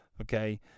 Okay